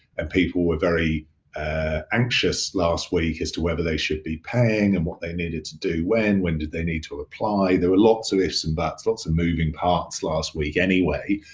and people were very anxious last week as to whether they should be paying, and what they needed to do when, when did they need to apply. there were lots of ifs and buts, lots of moving parts last week anyway.